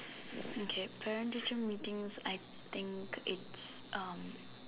okay parent teacher meetings I think it's um